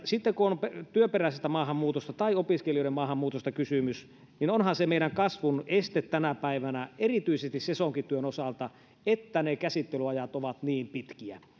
sitten kun on työperäisestä maahanmuutosta tai opiskelijoiden maahanmuutosta kysymys niin onhan se meidän kasvun este tänä päivänä erityisesti sesonkityön osalta että ne käsittelyajat ovat niin pitkiä